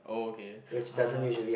oh okay uh